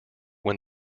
when